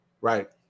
Right